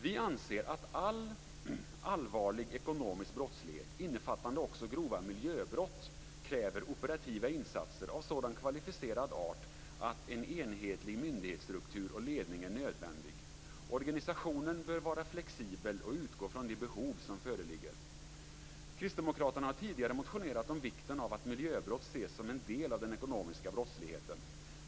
Vi anser att all allvarlig ekonomisk brottslighet, innefattande också grova miljöbrott, kräver operativa insatser av sådan kvalificerad art att en enhetlig myndighetsstruktur och ledning är nödvändig. Organisationen bör vara flexibel och utgå från de behov som föreligger. Kristdemokraterna har tidigare motionerat om vikten av att miljöbrott ses som en del av den ekonomiska brottsligheten.